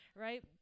right